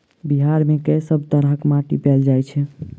बिहार मे कऽ सब तरहक माटि पैल जाय छै?